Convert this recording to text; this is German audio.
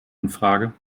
infrage